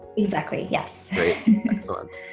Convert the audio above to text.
exactly yes. great excellent